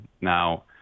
Now